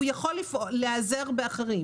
הוא צריך לתת היתר,